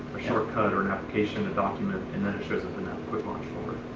a short-cut or an application, a document, and then it shows up in that quick launch folder.